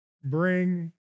bring